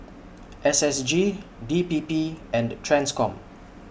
S S G D P P and TRANSCOM